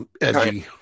Edgy